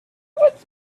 was